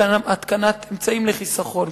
התקנת אמצעים לחיסכון,